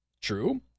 True